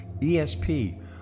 ESP